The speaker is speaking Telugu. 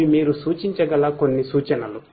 ఇవి మీరు సూచించగల కొన్ని సూచనలు